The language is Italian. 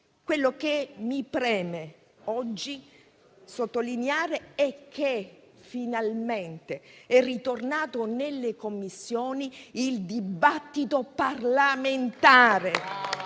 Ciò che mi preme oggi sottolineare è che finalmente è ritornato nelle Commissioni il dibattito parlamentare